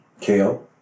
kale